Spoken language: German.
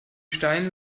steine